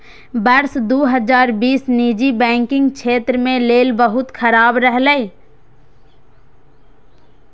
वर्ष दू हजार बीस निजी बैंकिंग क्षेत्र के लेल बहुत खराब रहलै